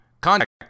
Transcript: Contact